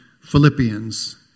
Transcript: Philippians